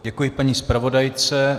Děkuji paní zpravodajce.